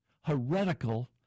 heretical